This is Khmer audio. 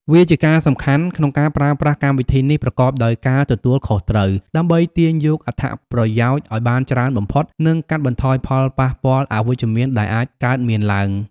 វាជាការសំខាន់ក្នុងការប្រើប្រាស់កម្មវិធីនេះប្រកបដោយការទទួលខុសត្រូវ ដើម្បីទាញយកអត្ថប្រយោជន៍ឱ្យបានច្រើនបំផុត និងកាត់បន្ថយផលប៉ះពាល់អវិជ្ជមានដែលអាចកើតមានឡើង។